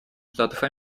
штатов